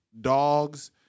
dogs